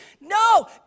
No